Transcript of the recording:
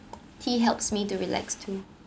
tea helps me to relax too